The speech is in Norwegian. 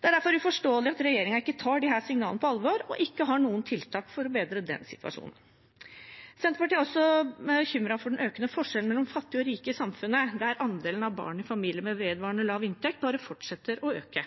Det er derfor uforståelig at regjeringen ikke tar disse signalene på alvor og ikke har noen tiltak for å bedre den situasjonen. Senterpartiet er også bekymret for den økende forskjellen mellom fattige og rike i samfunnet, der andelen barn i familier med vedvarende lav inntekt bare fortsetter å øke.